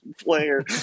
player